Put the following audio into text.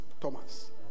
Thomas